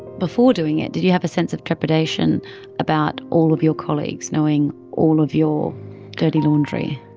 before doing it did you have a sense of trepidation about all of your colleagues knowing all of your dirty laundry?